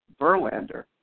Verlander